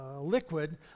liquid